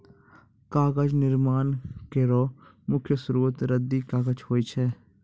कागज निर्माण केरो मुख्य स्रोत रद्दी कागज होय छै